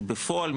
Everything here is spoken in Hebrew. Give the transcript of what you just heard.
כי בפועל,